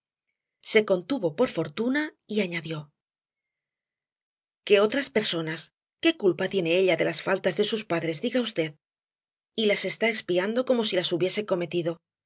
se contuvo por fortuna y añadió que otras personas qué culpa tiene ella de las faltas de sus padres diga v y las está expiando como si las hubiese cometido